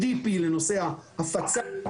לנושא ההפצה,